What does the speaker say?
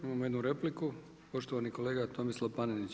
Imamo jednu repliku, poštovani kolega Tomislav Panenić.